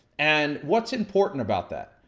and, what's important about that?